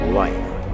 life